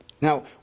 Now